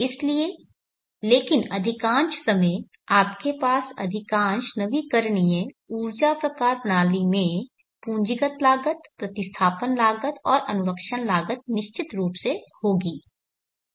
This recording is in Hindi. इसलिए लेकिन अधिकांश समय आपके पास अधिकांश नवीकरणीय ऊर्जा प्रकार प्रणाली में पूंजीगत लागत प्रतिस्थापन लागत और अनुरक्षण लागत निश्चित रूप से होगी